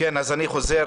שלושה